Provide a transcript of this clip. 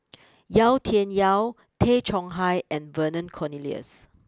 Yau Tian Yau Tay Chong Hai and Vernon Cornelius